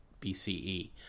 BCE